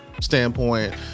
standpoint